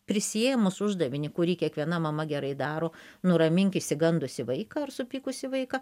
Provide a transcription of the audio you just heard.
prisiėmus uždavinį kurį kiekviena mama gerai daro nuramink išsigandusį vaiką ar supykusį vaiką